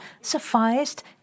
sufficed